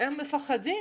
הם מפחדים,